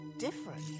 Different